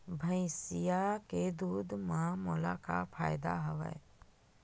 भैंसिया के दूध म मोला का फ़ायदा हवय?